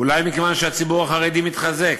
אולי מכיוון שהציבור החרדי מתחזק,